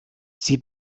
sie